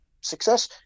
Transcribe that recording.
success